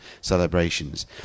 celebrations